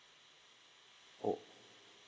oh